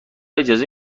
اجازه